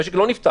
המשק לא נפתח.